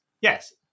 Yes